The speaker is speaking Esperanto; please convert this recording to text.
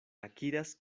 akiras